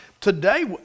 Today